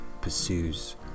pursues